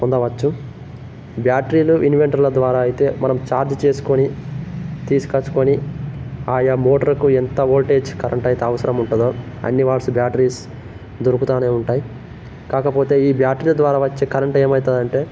పొందవచ్చు బ్యాటరీలు ఇన్వెంటర్ల ద్వారా అయితే మనం ఛార్జ్ చేసుకొని తీసుకచ్చకొని ఆయా మోటరుకు ఎంత ఓల్టేజ్ కరంటయితే అవసరముంటదో అన్ని వాట్స్ బ్యాటరీస్ దొరుకుతానే ఉంటాయి కాకపోతే ఈ బ్యాటరీ ద్వారా వచ్చే కరంట్ ఏమవుతదంటే